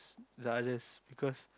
the others because